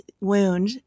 wound